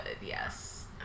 yes